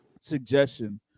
suggestion